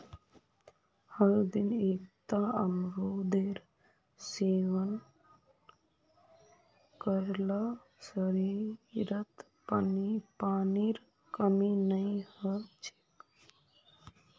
हरदिन एकता अमरूदेर सेवन कर ल शरीरत पानीर कमी नई ह छेक